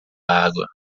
água